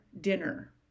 dinner